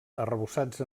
arrebossats